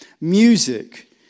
Music